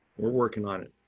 we're working on it.